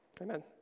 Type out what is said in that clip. Amen